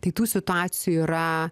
tai tų situacijų yra